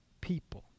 people